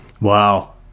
wow